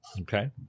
Okay